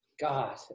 God